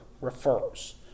refers